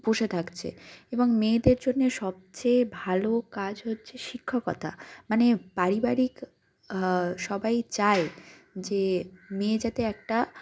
বসে থাকছে এবং মেয়েদের জন্যে সবচেয়ে ভালো কাজ হচ্ছে শিক্ষকতা মানে পারিবারিক সবাই চায় যে মেয়ে যাতে একটা